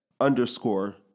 underscore